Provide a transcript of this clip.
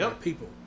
people